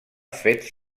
fets